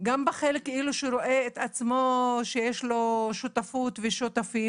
גם בחלק שרואה את עצמו שיש לו שותפות ושותפים.